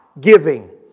giving